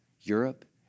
Europe